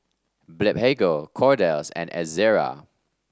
Blephagel Kordel's and Ezerra